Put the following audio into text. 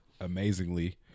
amazingly